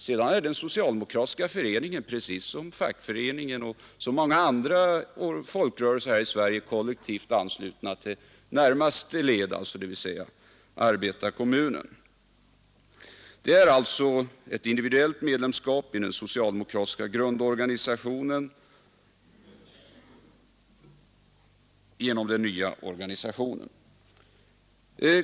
Sedan är de socialdemokratiska föreningarna, precis som fackföreningarna och många andra folkrörelser här i Sverige, kollektivt anslutna till sin huvudorganisation, i detta fall arbetarkommunen, Det är alltså i den nya organisationen fråga om ett individuellt medlemskap i den socialdemokratiska föreningen.